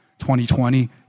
2020